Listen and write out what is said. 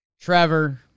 Trevor